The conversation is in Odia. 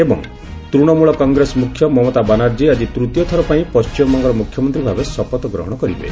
ଏବଂ ତ୍ତଶମଳ କଂଗ୍ରେସ ମୁଖ୍ୟ ମମତା ବାନାର୍ଜୀ ଆଜି ତୃତୀୟଥର ପାଇଁ ପଶ୍ଚିମବଙ୍ଗର ମୁଖ୍ୟମନ୍ତ୍ରୀଭାବେ ଶପଥ ଗ୍ରହଣ କରିବେ